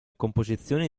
composizioni